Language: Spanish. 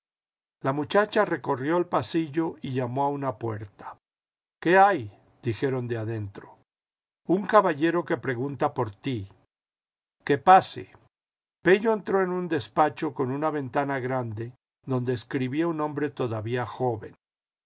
la muchacha recorrió el pasillo y llamó en una puerta qué hay dijeron de adentro un caballero que pregunta por ti que pase pello entró en un despacho con una ventana grande donde escribía un hombre todavía joven